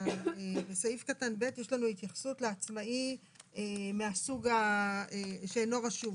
בסעיף קטן (ב) יש לנו התייחסות לעצמאי מהסוג שאינו רשום.